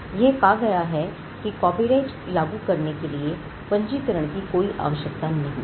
यह कहा गया है कि कॉपीराइट लागू करने के लिए पंजीकरण की कोई आवश्यकता नहीं है